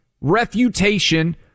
refutation